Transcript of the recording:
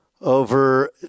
Over